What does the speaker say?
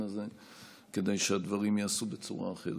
הזה כדי שהדברים ייעשו בצורה אחרת.